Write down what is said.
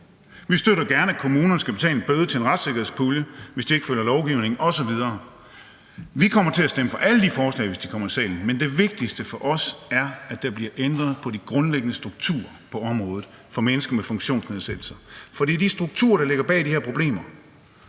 Vi støtter gerne, at kommunerne skal betale en bøde til en retssikkerhedspulje, hvis de ikke følger lovgivningen osv. Vi kommer til at stemme for alle de forslag, hvis de kommer i salen, men det vigtigste for os er, at der bliver ændret på de grundlæggende strukturer på området for mennesker med funktionsnedsættelser, for det er de strukturer, der ligger bag de her problemer.